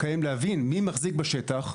להבין מי מחזיק בשטח,